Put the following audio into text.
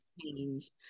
change